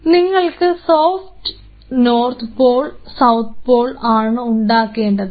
നിങ്ങൾക്ക് soft north pole south pole ആണ് ഉണ്ടാക്കേണ്ടത്